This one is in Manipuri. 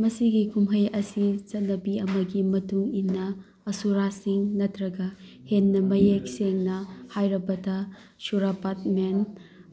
ꯃꯁꯤꯒꯤ ꯀꯨꯝꯍꯩ ꯑꯁꯤ ꯆꯠꯅꯕꯤ ꯑꯃꯒꯤ ꯃꯇꯨꯡ ꯏꯟꯅ ꯄꯁꯨꯔꯥꯁꯤꯡ ꯅꯠꯇ꯭ꯔꯒ ꯍꯦꯟꯅ ꯃꯌꯦꯛ ꯁꯦꯡꯅ ꯍꯥꯏꯔꯕꯗ ꯁꯨꯔꯥꯄꯥꯠ ꯃꯦꯟ